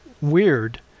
weird